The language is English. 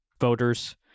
voters